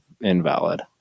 invalid